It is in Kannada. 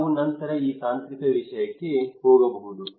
ನಾವು ನಂತರ ಈ ತಾಂತ್ರಿಕ ವಿಷಯಕ್ಕೆ ಹೋಗಬಹುದು